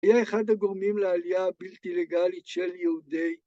היה אחד הגורמים לעלייה הבלתי לגלית של יהודי...